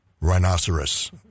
Rhinoceros